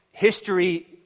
History